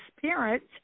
parents